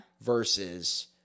Versus